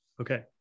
Okay